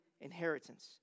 inheritance